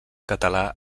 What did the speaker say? català